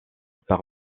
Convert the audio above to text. par